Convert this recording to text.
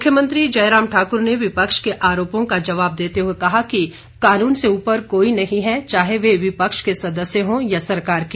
मुख्यमंत्री जयराम ठाकुर ने विपक्ष के आरोपों का जवाब देते हुए कहा कि कानून से ऊपर कोई नहीं है चाहे वह विपक्ष के सदस्य हों या सरकार के